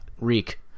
Reek